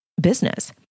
business